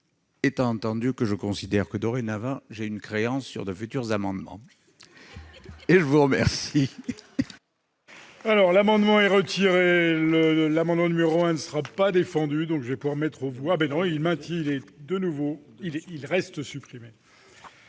étant entendu que je considère que, dorénavant, j'ai une créance sur de futurs amendements ! L'amendement